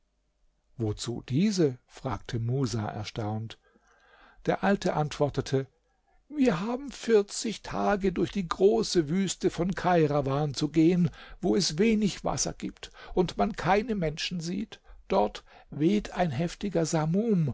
wozu diese fragte musa erstaunt der alte antwortete wir haben vierzig tage durch die große wüste von kairawan zu gehen wo es wenig wasser gibt und man keine menschen sieht dort weht ein heftiger